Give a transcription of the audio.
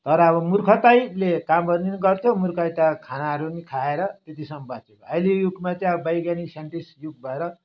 तर अब मुर्खतैले काम गर्नु नि गर्थ्यो मुर्खतै खानाहरू पनि खाएर त्यतिसम्म बाँचेको अहिले युगमा चाहिँ अब वैज्ञानिक साइन्टिस्ट युग भएर